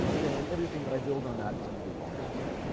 then everything that i build on that is going to be wrong also